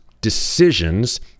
decisions